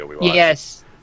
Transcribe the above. Yes